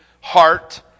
heart